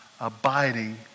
abiding